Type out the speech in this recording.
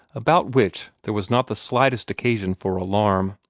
about which there was not the slightest occasion for alarm.